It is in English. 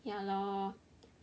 ya lor